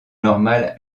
normale